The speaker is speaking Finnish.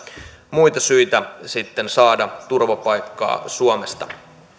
muita syitä sitten saada turvapaikkaa suomesta